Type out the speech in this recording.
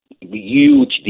huge